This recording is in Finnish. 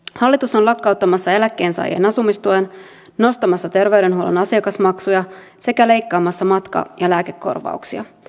hallitus on lakkauttamassa eläkkeensaajien asumistuen nostamassa terveydenhuollon asiakasmaksuja sekä leikkaamassa matka ja lääkekorvauksia